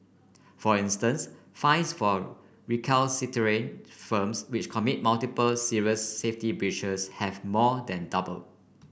for instance fines for recalcitrant firms which commit multiple serious safety breaches have more than doubled